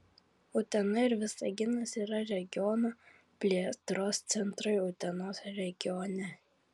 utena ir visaginas yra regiono plėtros centrai utenos regione